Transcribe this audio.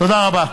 תודה רבה.